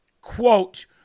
quote